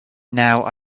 now